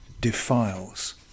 defiles